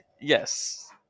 Yes